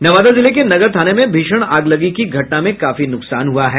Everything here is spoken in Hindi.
नवादा जिले के नगर थाने में भीषण अगलगी की घटना में काफी नुकसान हुआ है